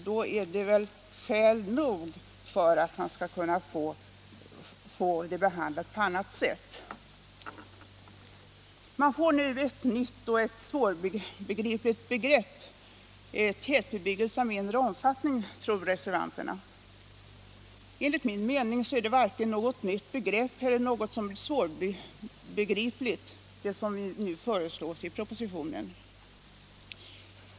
Det är väl skäl nog för att vilja få det behandlat på annat sätt. Man får nu ett nytt svårbegripligt begrepp, tätbebyggelse av mindre omfattning, tror reservanterna. Enligt min mening är det varken något nytt eller något svårbegripligt begrepp som nu föreslås i propositionen.